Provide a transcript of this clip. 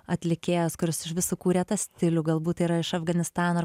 atlikėjas kuris sukūrė tą stilių galbūt yra iš afganistano ir